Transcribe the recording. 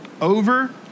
over